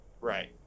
right